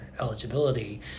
eligibility